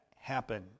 happen